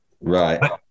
Right